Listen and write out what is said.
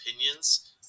opinions